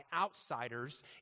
outsiders